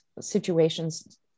situations